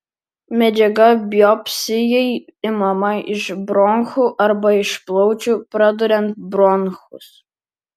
medžiaga biopsijai imama iš bronchų arba iš plaučių praduriant bronchus